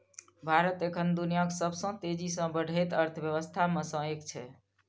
भारत एखन दुनियाक सबसं तेजी सं बढ़ैत अर्थव्यवस्था मे सं एक छै